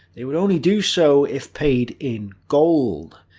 they would only do so if paid in gold.